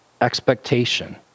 expectation